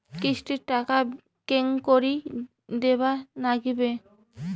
কিস্তির টাকা কেঙ্গকরি দিবার নাগীবে?